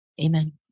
amen